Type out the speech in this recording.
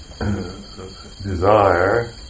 desire